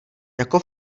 jako